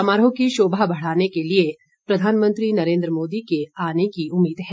समारोह की शोभा बढ़ाने के लिए प्रधानमंत्री नेरन्द्र मोदी के आने की उम्मीद है